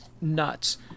nuts